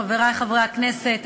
חברי חברי הכנסת,